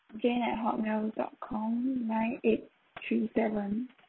jane at hotmail dot com nine eight three seven